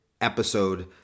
episode